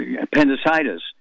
appendicitis